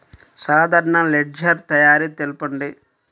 సాధారణ లెడ్జెర్ తయారి తెలుపండి?